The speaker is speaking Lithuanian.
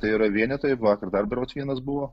tai yra vienetai vakar dar berods vienas buvo